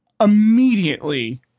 immediately